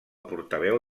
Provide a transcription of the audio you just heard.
portaveu